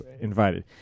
invited